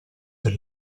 per